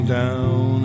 down